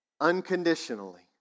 unconditionally